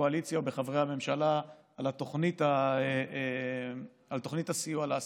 בקואליציה ואצל חברי הממשלה על תוכנית הסיוע לעסקים.